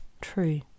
true